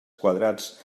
quadrats